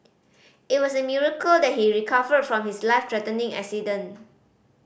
it was a miracle that he recovered from his life threatening accident